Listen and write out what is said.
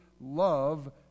love